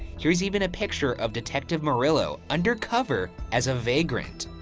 here's even a picture of detective merylo undercover as a vagrant.